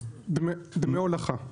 דמי הולכה.